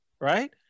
right